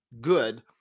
good